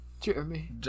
Jeremy